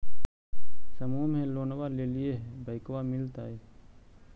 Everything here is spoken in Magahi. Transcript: समुह मे लोनवा लेलिऐ है बैंकवा मिलतै?